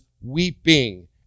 weeping